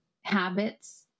habits